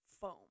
foam